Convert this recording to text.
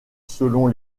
selon